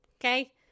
okay